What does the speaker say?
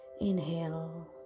inhale